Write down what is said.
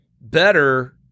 better –